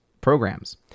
programs